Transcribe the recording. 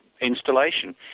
installation